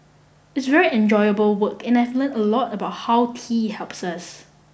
it's very enjoyable work and I've learnt a lot about how tea helps us